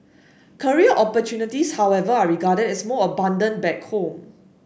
career opportunities however are regarded as more abundant back home